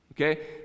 okay